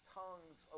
tongues